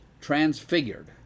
transfigured